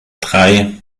drei